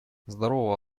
здорово